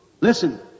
Listen